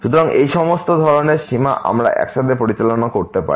সুতরাং এই সমস্ত ধরণের সীমা আমরা একসাথে পরিচালনা করতে পারি